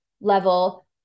level